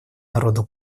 народу